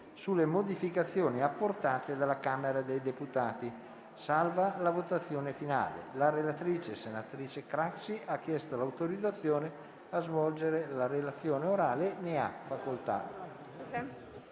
le modificazioni apportate dalla Camera dei deputati, salvo la votazione finale. La relatrice, senatrice Craxi, ha chiesto l'autorizzazione a svolgere la relazione orale. Non facendosi